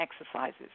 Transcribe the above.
exercises